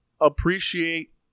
appreciate